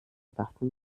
waffen